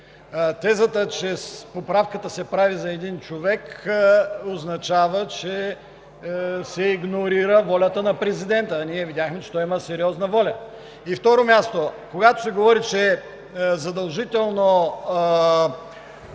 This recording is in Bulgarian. Тезата, че поправката се прави за един човек, означава, че се игнорира волята на президента, а ние видяхме, че той има сериозна воля. На второ място, когато се говори, че задължително